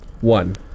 one